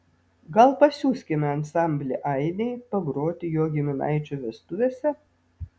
gal pasiųskime ansamblį ainiai pagroti jo giminaičių vestuvėse